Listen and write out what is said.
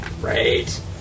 Right